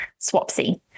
swapsy